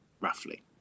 roughly